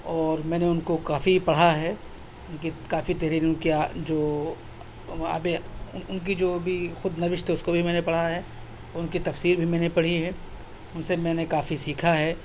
اور میں نے ان کو کافی پڑھا ہے ان کی کافی تحریریں ان کی جو آبے ان کی جو بھی خود نوشت ہے اس کو بھی میں نے پڑھا ہے ان کی تفسیر بھی میں نے پڑھی ہے ان سے میں نے کافی سیکھا ہے